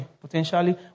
potentially